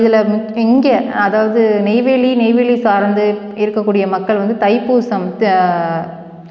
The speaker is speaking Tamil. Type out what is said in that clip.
இதில் இங்கே அதாவது நெய்வேலி நெய்வேலி சார்ந்து இருக்கக்கூடிய மக்கள் வந்து தைப்பூசம் த